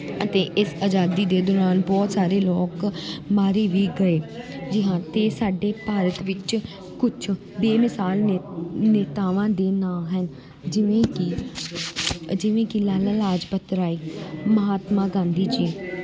ਅਤੇ ਇਸ ਆਜ਼ਾਦੀ ਦੇ ਦੌਰਾਨ ਬਹੁਤ ਸਾਰੇ ਲੋਕ ਮਾਰੇ ਵੀ ਗਏ ਜੀ ਹਾਂ ਅਤੇ ਸਾਡੇ ਭਾਰਤ ਵਿੱਚ ਕੁਛ ਬੇਮਿਸਾਲ ਨੇ ਨੇਤਾਵਾਂ ਦੇ ਨਾਂ ਹਨ ਜਿਵੇਂ ਕਿ ਜਿਵੇਂ ਕਿ ਲਾਲਾ ਲਾਜਪਤ ਰਾਇ ਮਹਾਤਮਾ ਗਾਂਧੀ ਜੀ